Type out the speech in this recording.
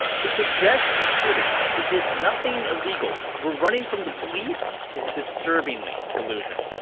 to suggest the students, who did nothing illegal, were running from the police is disturbingly delusional.